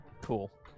Cool